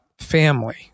family